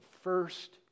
first